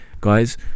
Guys